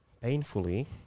painfully